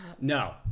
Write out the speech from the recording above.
No